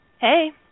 Hey